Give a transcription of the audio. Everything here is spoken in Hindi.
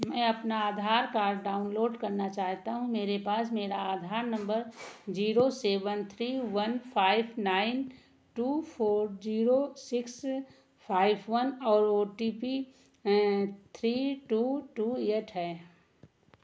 मैं अपना आधार कार्ड डाउनलोड करना चाहता हूँ मेरे पास मेरा Aadhaar number zero seven three one five nine two four zero six five one और O T P three two eight है